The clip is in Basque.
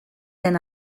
den